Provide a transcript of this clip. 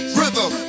rhythm